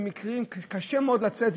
קשה מאוד לצאת.